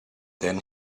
then